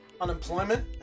unemployment